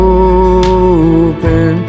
open